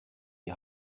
die